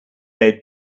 led